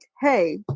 hey